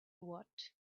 what